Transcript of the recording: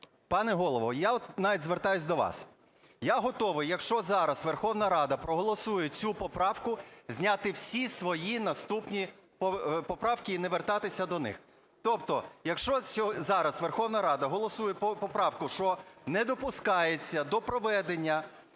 Пане Голово! Я от навіть звертаюсь до вас. Я готовий, якщо зараз Верховна Рада проголосує цю поправку, зняти всі свої наступні поправки і не повертатися до них. Тобто, якщо зараз Верховна Рада голосує поправку, що "не допускається до проведення